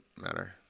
matter